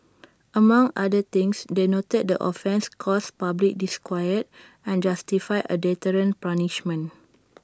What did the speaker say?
among other things they noted the offence caused public disquiet and justified A deterrent punishment